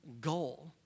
goal